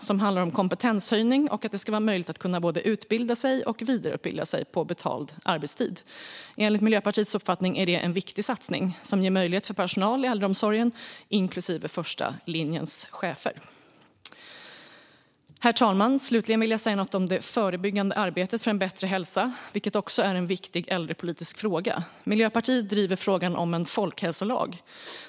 Det handlar om kompetenshöjning och att det ska vara möjligt att både utbilda sig och vidareutbilda sig på betald arbetstid. Enligt Miljöpartiets uppfattning är det en viktig satsning som ger möjligheter till personal i äldreomsorgen inklusive första linjens chefer. Herr talman! Slutligen vill jag säga något om det förebyggande arbetet för en bättre hälsa, vilket också är en viktig äldrepolitisk fråga. Miljöpartiet driver frågan om en folkhälsolag.